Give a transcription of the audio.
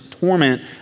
torment